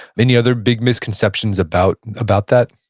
any other big misconceptions about about that?